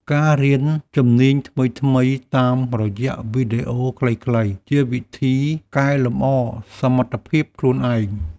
ការរៀនជំនាញថ្មីៗតាមរយៈវីដេអូខ្លីៗ ជាវិធីកែលម្អសមត្ថភាពខ្លួនឯង។